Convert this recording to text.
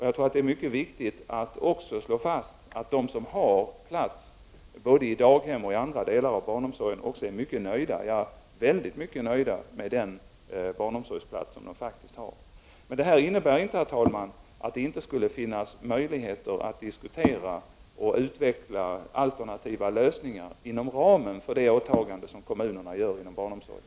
Jag tror att det är mycket viktigt att också slå fast att de som har plats, både i daghem och i andra delar av barnomsorgen, är mycket nöjda, ja, väldigt nöjda med den barnomsorgsplats de faktiskt har. Men detta innebär inte, herr talman, att det inte skulle finnas möjligheter att diskutera och utveckla alternativa lösningar inom ramen för de åtaganden som kommunerna gör inom barnomsorgen.